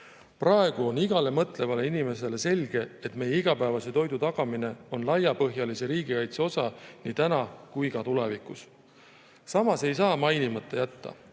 Praegu on igale mõtlevale inimesele selge, et meie igapäevase toidu tagamine on laiapõhjalise riigikaitse osa nii täna kui ka tulevikus. Samas ei saa mainimata jätta,